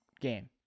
game